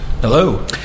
Hello